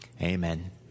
amen